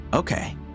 Okay